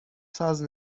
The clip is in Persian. ساز